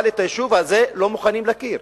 אבל ביישוב הזה לא מוכנים להכיר,